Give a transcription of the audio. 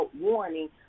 warning